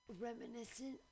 reminiscent